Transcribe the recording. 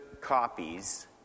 copies